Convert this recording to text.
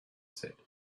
said